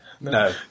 No